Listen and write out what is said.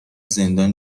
زندان